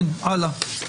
הלאה.